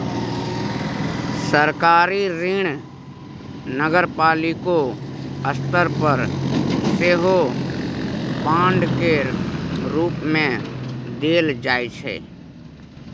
सरकारी ऋण नगरपालिको स्तर पर सेहो बांड केर रूप मे देल जाइ छै